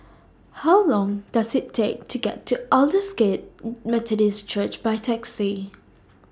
How Long Does IT Take to get to Aldersgate Methodist Church By Taxi